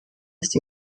ist